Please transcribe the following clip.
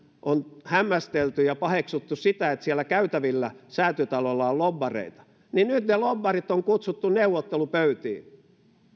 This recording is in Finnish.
on hämmästelty ja paheksuttu sitä että siellä käytävillä säätytalolla on lobbareita niin nyt ne lobbarit on kutsuttu neuvottelupöytiin